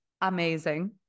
Amazing